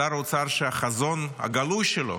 שר אוצר שהחזון הגלוי שלו